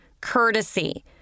Courtesy